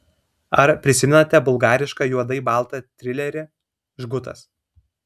ar prisimenate bulgarišką juodai baltą trilerį žgutas